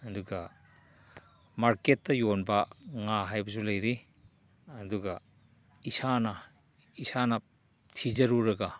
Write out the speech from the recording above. ꯑꯗꯨꯒ ꯃꯥꯔꯀꯦꯠꯇ ꯌꯣꯟꯕ ꯉꯥ ꯍꯥꯏꯕꯁꯨ ꯂꯩꯔꯤ ꯑꯗꯨꯒ ꯏꯁꯥꯅ ꯏꯁꯥꯅ ꯊꯤꯖꯔꯨꯔꯒ